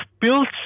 built